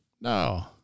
No